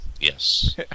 Yes